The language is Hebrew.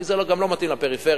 כי זה גם לא מתאים לפריפריה,